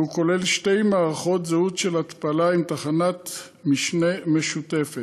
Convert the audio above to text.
והוא כולל שתי מערכות זהות של התפלה עם תחנת משנה משותפת.